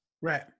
Right